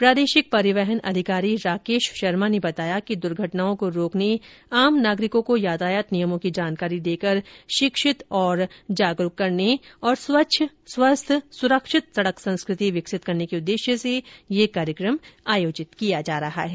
प्रादेशिक परिवहन अधिकारी राकेश शर्मा ने बताया कि द्र्घटनाओं को रोकने आम नागरिकों को यातायात नियमों की जानकारी देकर शिक्षित और जागृत करने तथा स्वच्छ स्वस्थ सुरक्षित सड़क संस्कृति विकसित करने के उद्देश्य के लिए यह कार्यक्रम आयोजित किया जा रहा है